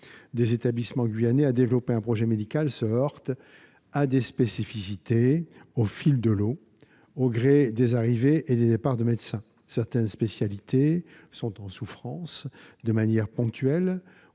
des établissements guyanais à développer un projet médical se heurte à la situation de spécialités qui évolue « au fil de l'eau », au gré des arrivées et des départs de médecins. Certaines spécialités sont en souffrance de manière ponctuelle,